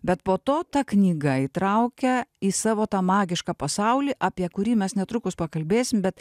bet po to ta knyga įtraukia į savo tą magišką pasaulį apie kurį mes netrukus pakalbėsim bet